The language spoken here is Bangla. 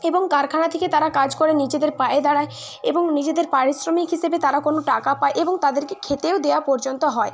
এবং কারখানা থেকে তারা কাজ করে নিজেদের পায়ে দাঁড়ায় এবং নিজেদের পারিশ্রমিক হিসেবে তারা কোনো টাকা পায় এবং তাদেরকে খেতেও দেওয়া পর্যন্ত হয়